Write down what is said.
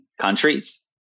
countries